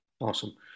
Awesome